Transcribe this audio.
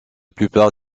plupart